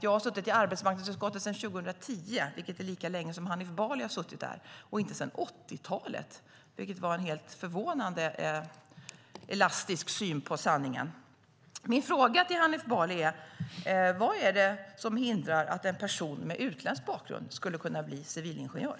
Jag har suttit i arbetsmarknadsutskottet sedan 2010, vilket är lika länge som Hanif Bali har suttit där, och inte sedan 80-talet, vilket var en helt förvånande elastisk syn på sanningen. Min fråga till Hanif Bali är: Vad är det som hindrar att en person med utländsk bakgrund skulle kunna bli civilingenjör?